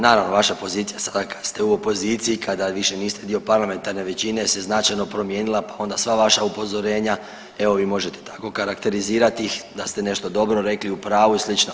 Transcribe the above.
Naravno, vaša pozicija sada kad ste u opoziciji, kada više niste dio parlamentarne većine se značajno promijenila pa onda sva vaša upozorenja evo vi možete tako karakterizirati ih, da ste nešto dobro rekli, u pravu i slično.